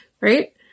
right